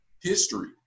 history